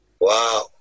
Wow